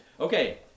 Okay